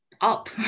up